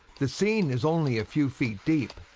the scene is only a few feet deep.